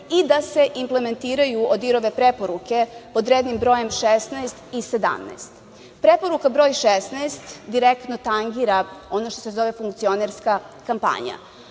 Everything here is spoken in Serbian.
i da se implementiraju ODIHR-ove preporuke pod rednim brojem 16. i 17.Preporuka broj 16. direktno tangira ono što se zove funkcionerska kampanja.